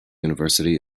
university